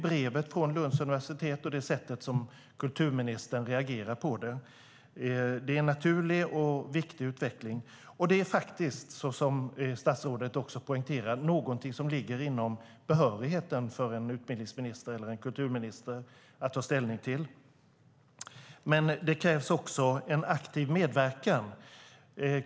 Brevet från Lunds universitet och det sätt som kulturministern reagerar på brevet innebär att flytten är den goda öppningen. Det är en naturlig och viktig utveckling. Statsrådet poängterar att ett ställningstagande i denna fråga ligger inom behörigheten för en utbildningsminister eller kulturminister. Men det krävs också en aktiv medverkan.